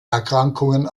erkrankungen